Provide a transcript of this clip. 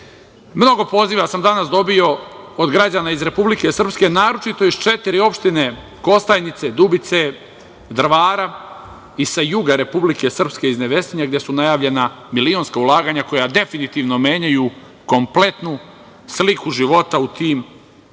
poziva sam danas dobio od građana iz Republike Srpske naročito iz četiri opštine - Kostajnice, Dubice, Drvara i sa juga Republike Srpske iz Nevesinja gde su najavljena milionska ulaganja koja definitivno menjaju kompletnu sliku života u tim opštinama. Ono